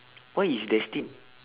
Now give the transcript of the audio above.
what is destined